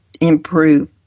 improve